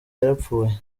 yarapfuye